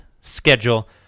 schedule